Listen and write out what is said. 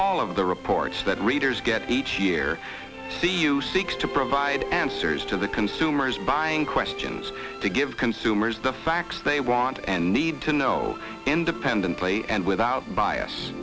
all of the reports that readers get each year the use seeks to provide answers to the consumers buying questions to give consumers the facts they want and need to know independently and without bias